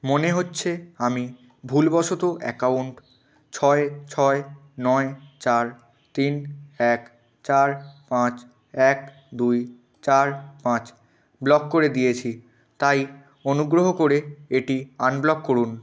মনে হচ্ছে আমি ভুলবশত অ্যাকাউন্ট ছয় ছয় নয় চার তিন এক চার পাঁচ এক দুই চার পাঁচ ব্লক করে দিয়েছি তাই অনুগ্রহ করে এটি আনব্লক করুন